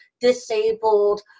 disabled